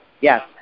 Yes